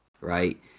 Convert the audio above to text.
Right